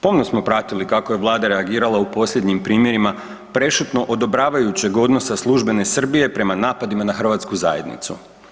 Pomno smo pratili kako je Vlada reagirala u posljednjim primjerima prešutno odobravajućeg odnosa službene Srbije prema napadima na hrvatsku zajednicu.